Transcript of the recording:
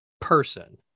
person